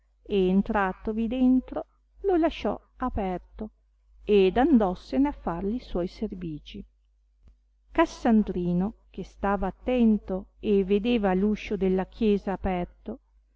e entratovi dentro lo lasciò aperto ed andossene a far li suoi servigi cassandrino che stava attento e vedeva l'uscio della chiesa aperto